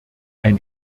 ein